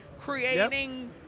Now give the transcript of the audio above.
creating